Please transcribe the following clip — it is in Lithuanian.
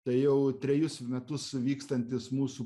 tai jau trejus metus vykstantis mūsų